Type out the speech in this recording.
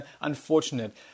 unfortunate